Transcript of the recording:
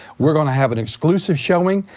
we're gonna have an exclusive showing.